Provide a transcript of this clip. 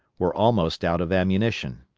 were almost out of ammunition.